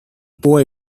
boy